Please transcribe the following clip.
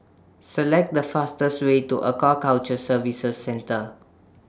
Select The fastest Way to Aquaculture Services Centre